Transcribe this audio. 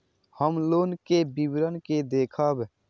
हम लोन के विवरण के देखब?